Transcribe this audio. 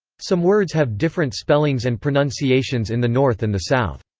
some words have different spellings and pronunciations in the north and the south.